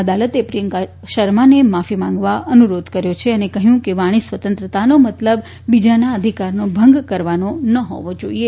અદાલતે પ્રિયંકા શર્માને માફી માંગવા અનુરોધ કર્યો અને કહ્યું કે વાણીસ્વાતંત્રયનો મતલબ બીજાના અધિકારનો ભંગ કરાવનો ન હોવો જોઇએ